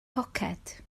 poced